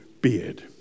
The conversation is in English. beard